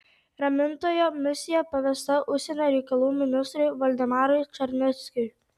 ramintojo misija pavesta užsienio reikalų ministrui valdemarui čarneckiui